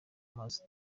amazi